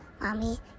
Mommy